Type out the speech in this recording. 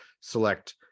select